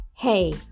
Hey